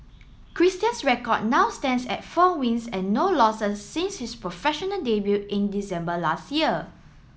Christian's record now stands at four wins and no losses since his professional debut in December last year